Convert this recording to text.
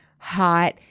hot